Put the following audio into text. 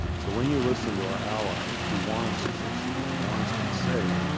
so when you listen to our allies who want us to succeed, who want us to be safe,